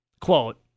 quote